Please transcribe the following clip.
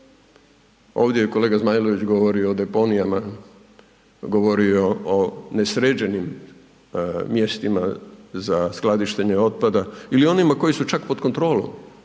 Ovdje je kolega Zmajlović govorio o deponijama, govorio o nesređenim mjestima za skladištenje otpada ili onima koji su čak pod kontrolom,